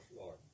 Lord